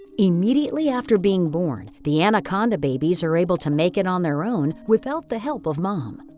immediately after being born, the anaconda babies are able to make it on their own without the help of mom.